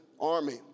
army